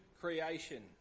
creation